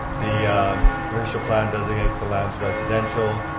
the original plan designates the lands residential.